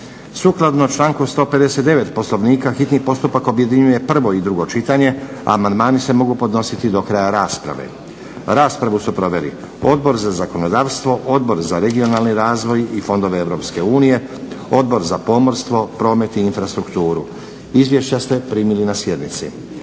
Sukladno članku 159. Poslovnika hitni postupak objedinjuje prvo i drugo čitanje, a amandmani se mogu podnositi do kraja rasprave. Raspravu su proveli Odbor za zakonodavstvo, Odbor za regionalni razvoj i fondove EU, Odbor za pomorstvo, promet i infrastrukturu. Izvješća ste primili na sjednici.